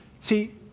See